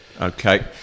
Okay